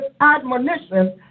admonition